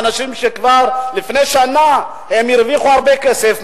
אנשים שלפני שנה הרוויחו הרבה כסף,